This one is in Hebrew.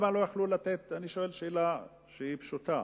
אני שואל שאלה פשוטה: